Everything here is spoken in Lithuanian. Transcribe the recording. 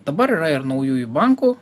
dabar yra ir naujųjų bankų